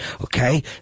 Okay